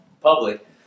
public